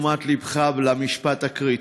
תשומת לבך למשפט הקריטי,